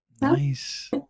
Nice